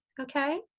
okay